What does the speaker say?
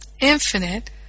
infinite